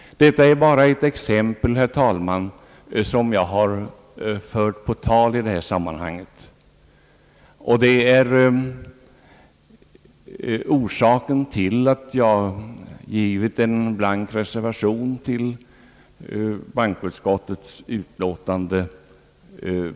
Detta är bara ett exempel som jag velat föra på tal i det här sammanhanget, herr talman, och det är sådana förhållanden som gjort att jag avgivit en blank reservation till bankoutskottets utlåtande.